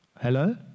Hello